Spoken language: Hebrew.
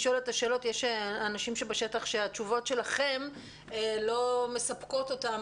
יש אנשים בשטח שהתשובות שלכם לא מספקות אותם,